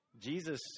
Jesus